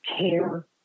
care